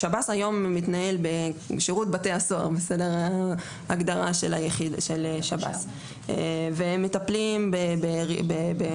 שב"ס היום מתנהל בשירות בתי הסוהר והם מטפלים באסר,